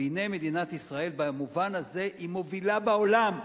והנה מדינת ישראל, במובן הזה היא מובילה בעולם,